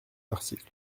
article